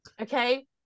Okay